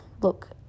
look